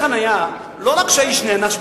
בעונשי חנייה לא רק שהאיש נענש,